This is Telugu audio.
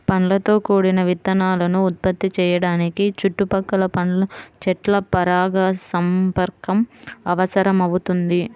పండ్లతో కూడిన విత్తనాలను ఉత్పత్తి చేయడానికి చుట్టుపక్కల పండ్ల చెట్ల పరాగసంపర్కం అవసరమవుతుంది